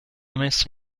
messo